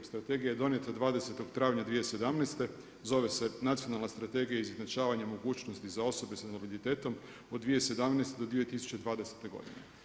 Strategija je donijeta 20. travnja 2017., zove se Nacionalna strategija izjednačavanja mogućnosti za osobe sa invaliditetom od 2017. do 2020. godine.